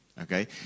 Okay